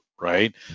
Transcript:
right